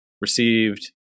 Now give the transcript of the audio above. received